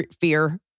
fear